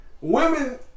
Women